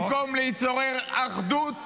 במקום ליצור אחדות,